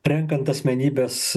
renkant asmenybes